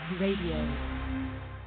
radio